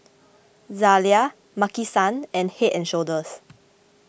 Zalia Maki San and Head and Shoulders